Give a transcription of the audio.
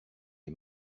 les